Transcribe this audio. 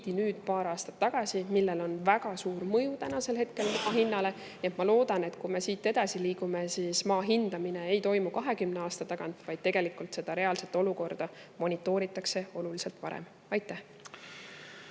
nüüd paar aastat tagasi ja sellel on väga suur mõju maa hinnale. Nii et ma loodan, et kui me siit edasi liigume, siis maa hindamine ei toimu 20 aasta pärast, vaid tegelikult seda reaalset olukorda monitooritakse oluliselt varem. Suur